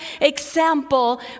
example